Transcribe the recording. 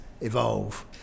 evolve